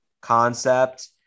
concept